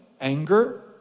anger